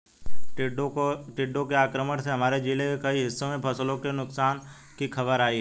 टिड्डों के आक्रमण से हमारे जिले के कई हिस्सों में फसलों के नुकसान की खबर आई है